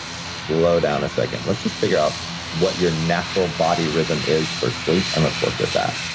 slow down a second. let's just figure out what your natural body rhythm is for sleep and let's work with that.